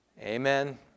Amen